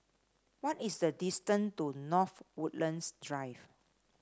what is the distance to North Woodlands Drive